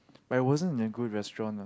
by wasn't good restaurant lah